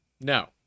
No